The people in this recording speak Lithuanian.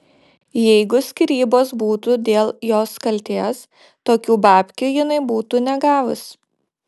jeigu skyrybos būtų dėl jos kaltės tokių babkių jinai būtų negavus